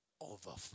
overflow